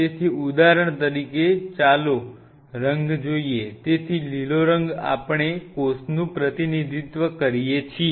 તેથી ઉદાહરણ તરીકે ચાલો રંગ કરીએ છીએ